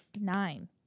nine